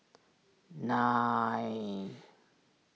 nine